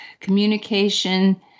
communication